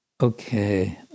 Okay